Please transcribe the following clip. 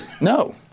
No